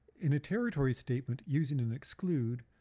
in a territory statement, using an exclude,